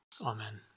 Amen